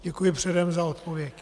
Děkuji předem za odpověď.